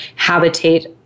habitate